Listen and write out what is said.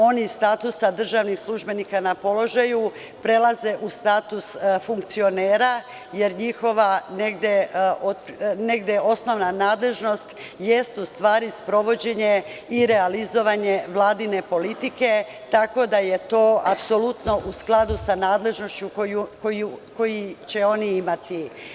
Oni iz statusa državnih službenika na položaju prelaze u status funkcionera, jer njihova osnovna nadležnost jeste u stvari sprovođenje i realizovanje vladine politike, tako da je to apsolutno u skladu sa nadležnošću koju će oni imati.